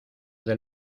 del